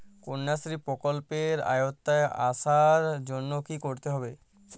কন্যাশ্রী প্রকল্পের আওতায় আসার জন্য কী করতে হবে?